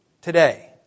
today